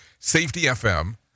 safetyfm